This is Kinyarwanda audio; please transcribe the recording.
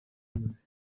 umuze